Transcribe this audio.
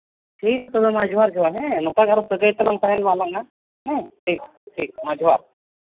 ᱴᱷᱤᱠ ᱜᱮᱭᱟ ᱛᱚᱵᱮ ᱢᱟ ᱡᱚᱸᱦᱟᱨ ᱡᱚᱸᱦᱟᱨ ᱦᱮᱸ ᱱᱚᱝᱠᱟᱜᱮ ᱥᱟᱹᱜᱟᱹᱭ ᱛᱟᱞᱟᱝ ᱛᱟᱦᱮᱱ ᱢᱟ ᱟᱞᱟᱝᱼᱟᱜ ᱦᱮᱸ ᱴᱷᱤᱠ ᱴᱷᱤᱠ ᱢᱟ ᱡᱚᱸᱦᱟᱨ